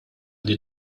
din